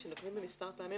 כשמדברים במספר פעמים,